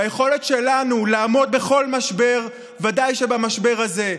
ביכולת שלנו לעמוד בכל משבר, ודאי שבמשבר הזה.